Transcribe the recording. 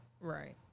Right